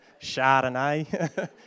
Chardonnay